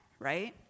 Right